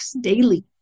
daily